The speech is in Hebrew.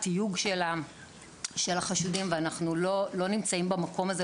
תיוג של החשודים ואנחנו לא נמצאים במקום הזה,